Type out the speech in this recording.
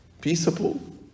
peaceable